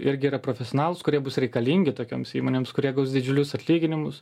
irgi yra profesionalūs kurie bus reikalingi tokioms įmonėms kurie gaus didžiulius atlyginimus